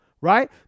right